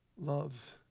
loves